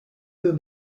whom